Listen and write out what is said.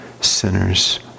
sinners